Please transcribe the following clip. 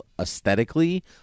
Aesthetically